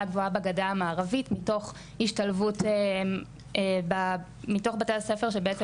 גבוהה בגדה המערבית מתוך השתלבות בתוך בתי הספר שבעצם